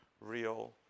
real